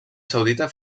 saudita